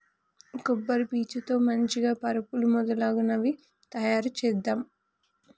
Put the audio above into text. కొబ్బరి పీచు తో మంచిగ పరుపులు మొదలగునవి తాయారు చేద్దాం